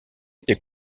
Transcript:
était